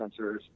sensors